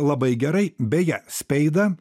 labai gerai beje speidą